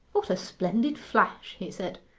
what a splendid flash he said,